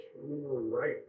right